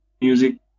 music